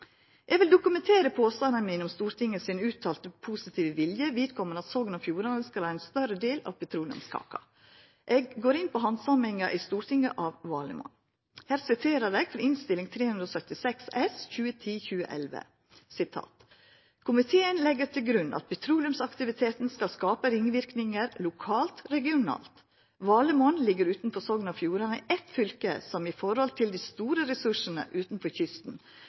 vil dokumentera påstandane mine om Stortinget sin uttala, positive vilje til at Sogn og Fjordane skal ha ein større del av petroleumskaka. Eg går inn på handsaminga i Stortinget av Valemon. Her siterer eg frå Innst. 376 S for 2010–2011: «Komiteen legger til grunn at petroleumsaktiviteten skal skape ringvirkninger lokalt/regionalt. Valemon ligger utenfor Sogn og Fjordane, et fylke som i forhold til de store ressursene utenfor kysten